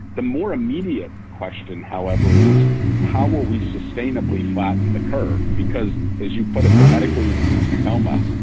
the more immediate question, however, is how will we sustainably flatten the curve? because as you put it, the medically induced coma,